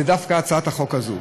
זאת דווקא הצעת החוק הזאת.